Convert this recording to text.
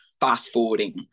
fast-forwarding